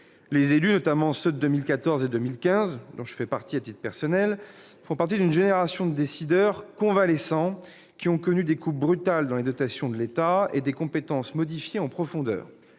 Les élus, notamment ceux de 2014 et de 2015, dont je fais partie, appartiennent à une génération de décideurs convalescents ayant connu des coupes brutales dans les dotations de l'État et des compétences modifiées en profondeur.